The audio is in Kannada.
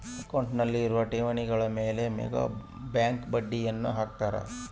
ಅಕೌಂಟ್ನಲ್ಲಿರುವ ಠೇವಣಿಗಳ ಮೇಗ ಬ್ಯಾಂಕ್ ಬಡ್ಡಿಯನ್ನ ಹಾಕ್ಕತೆ